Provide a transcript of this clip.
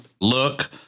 look